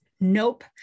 nope